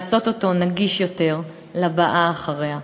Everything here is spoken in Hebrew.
לעשות אותו נגיש יותר לבאה אחריה."